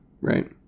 Right